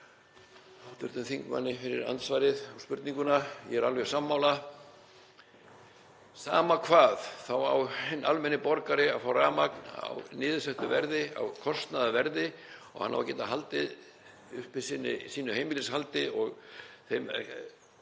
hv. þingmanni fyrir andsvarið og spurninguna. Ég er alveg sammála, sama hvað þá á hinn almenni borgari að fá rafmagn á niðursettu verði, á kostnaðarverði, og hann á að geta haldið uppi sínu heimilishaldi og þeim